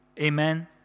Amen